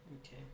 Okay